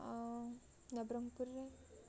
ଆଉ ନବରଙ୍ଗପୁରରେ